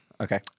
Okay